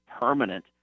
permanent